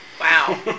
Wow